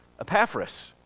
Epaphras